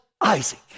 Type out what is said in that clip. Isaac